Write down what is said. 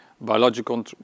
biological